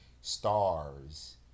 stars